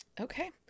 Okay